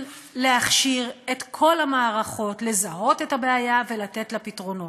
להכשיר את כל המערכות לזהות את הבעיה ולתת לה פתרונות.